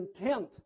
intent